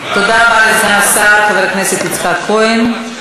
תודה רבה לסגן השר חבר הכנסת יצחק כהן.